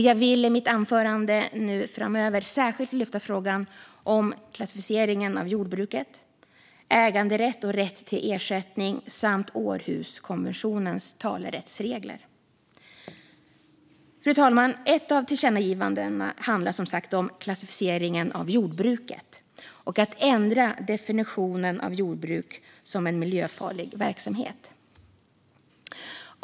Jag vill i mitt anförande framöver särskilt lyfta frågorna om klassificering av jordbruket, äganderätt och rätt till ersättning samt Århuskonventionens talerättsregler. Fru talman! Ett av tillkännagivandena handlar som sagt om klassificering av jordbruket och om att ändra definition av jordbruk som en miljöfarlig verksamhet.